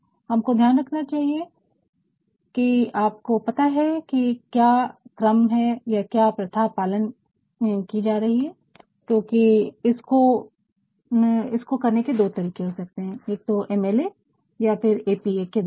हमको ध्यान रखना चाहिए कि आपको पता है कि क्या क्रम या क्या प्रथा पालन किया जाता है क्योंकि इसको करने के दो तरीके हो सकते है या तो ऍम0 अल0 ऐ0 या फिर ऐ0 पी0 ऐ0 के द्वारा